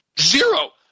Zero